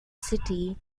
city